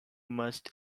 must